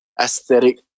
aesthetic